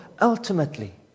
ultimately